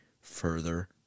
further